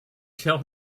tell